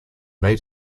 made